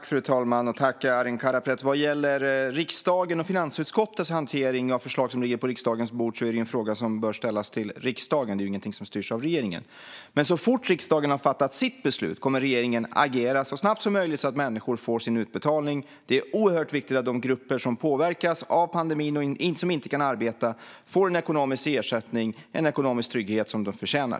Fru talman! Vad gäller riksdagens och finansutskottets hantering av förslag som ligger på riksdagens bord är ju det en fråga som bör ställas till riksdagen; det är ingenting som styrs av regeringen. Men så fort riksdagen har fattat sitt beslut kommer regeringen att agera så snabbt som möjligt, så att människor får sin utbetalning. Det är oerhört viktigt att de grupper som påverkas av pandemin och inte kan arbeta får ekonomisk ersättning och får den ekonomiska trygghet de förtjänar.